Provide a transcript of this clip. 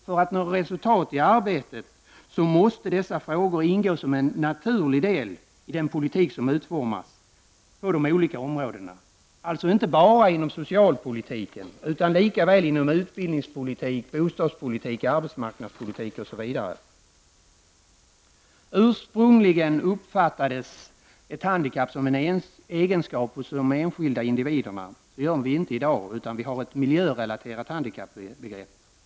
För att nå resultat i arbetet måste dessa frågor ingå som en naturlig del i den politik som utformas på de olika områdena, alltså inte bara inom socialpolitiken utan lika väl inom utbildningspolitik, bostadspolitik, arbetsmarknadspolitik, osv. Ursprungligen uppfattades ett handikapp som en egenskap hos de enskilda individerna. Så ser vi det inte i dag, utan vi har ett miljörelaterat handikappbegrepp.